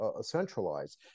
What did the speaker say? centralized